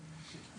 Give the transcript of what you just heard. יקב...